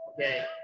Okay